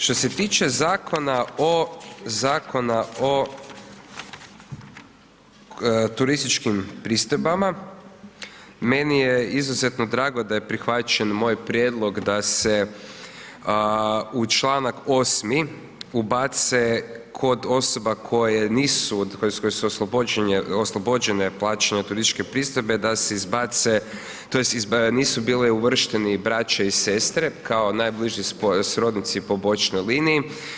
Što se tiče Zakona o turističkim pristojbama meni je izuzetno drago da je prihvaćen moj prijedlog da se u članak 8. ubace kod osoba koje nisu, koje su oslobođene plaćanja turističke pristojbe da se izbace, tj. nisu bili uvršteni braća i sestre kao najbliži srodnici po bočnoj liniji.